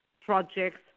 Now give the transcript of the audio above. projects